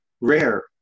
rare